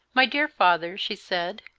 my dear father, she said,